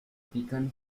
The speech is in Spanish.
pican